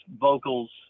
vocals